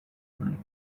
night